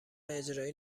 اجرایی